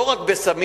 לא רק בסמים,